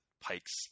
pikes